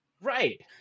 Right